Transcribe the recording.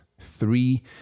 three